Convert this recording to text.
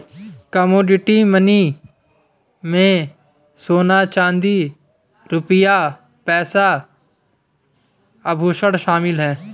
commodity money में सोना चांदी रुपया पैसा आभुषण शामिल है